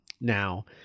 now